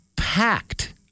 Packed